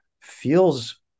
feels